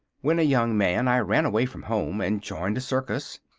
when a young man i ran away from home and joined a circus.